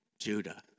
Judah